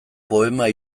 poema